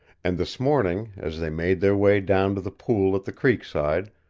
and this morning, as they made their way down to the pool at the creekside,